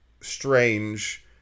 strange